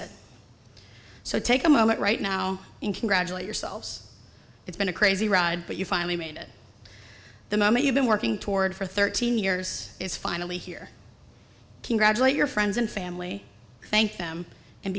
it so take a moment right now in congratulate yourselves it's been a crazy ride but you finally made it the moment you've been working toward for thirteen years is finally here congratulate your friends and family thank them and